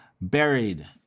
buried